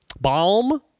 Balm